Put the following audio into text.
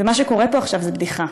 ומה שקורה פה עכשיו זו בדיחה.